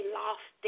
lost